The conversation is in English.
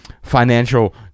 financial